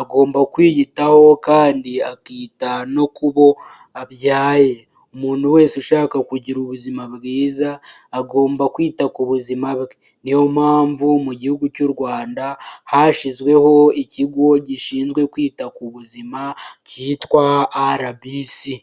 agomba kwiyitaho kandi akita no kubo abyaye, umuntu wese ushaka kugira ubuzima bwiza agomba kwita ku buzima bwe, niyo mpamvu mu gihugu cy'u Rwanda hashyizweho ikigo gishinzwe kwita ku buzima kitwa arabisi.